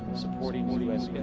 supporting u s.